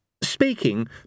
speaking